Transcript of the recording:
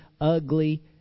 ugly